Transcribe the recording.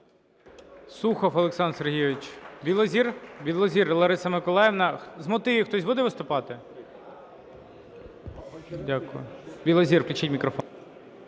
Сухов Олександр Сергійович. Білозір Лариса Миколаївна. З мотивів хтось буде виступати? Дякую. Білозір включіть мікрофон.